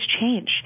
change